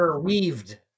weaved